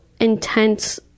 intense